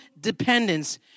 dependence